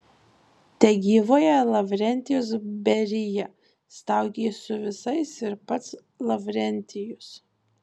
tegyvuoja lavrentijus berija staugė su visais ir pats lavrentijus